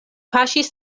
paŝis